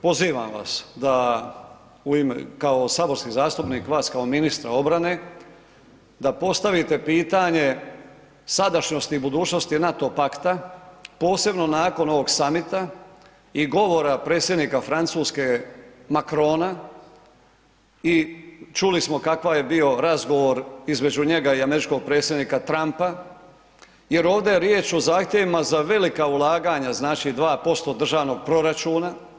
Pozivam vas da u ime, kao saborski zastupnik vas kao ministra obrane da postavite pitanje sadašnjosti i budućnosti NATO pakta, posebno nakon ovog samita i govora predsjednika Francuske Macrona i čuli smo kakav je bio razgovor između njega i američkog predsjednika Trumpa jer ovdje je riječ o zahtjevima za velika ulaganja, znači 2% državnog proračuna.